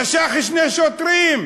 נשך שני שוטרים,